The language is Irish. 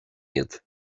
iad